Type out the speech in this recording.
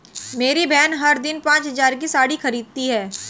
मेरी बहन हर दिन पांच हज़ार की साड़ी खरीदती है